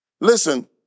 listen